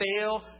fail